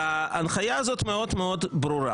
ההנחיה הזאת מאוד מאוד ברורה.